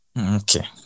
okay